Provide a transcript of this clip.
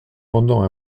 pendant